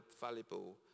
valuable